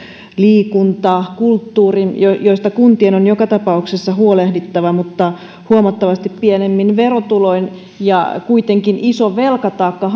liikunta kulttuuri joista kuntien on joka tapauksessa huolehdittava mutta huomattavasti pienemmin verotuloin ja kuitenkin iso velkataakka